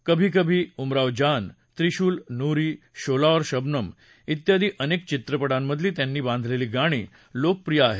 कभी कभी उमराव जान त्रिशूल नूरी शोला और शबनम ियादी अनेक चित्रपटांमधली त्यांनी बांधलेली गाणी लोकप्रिय आहेत